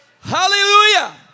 Hallelujah